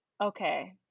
Okay